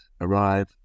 arrive